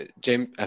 James